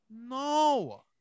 No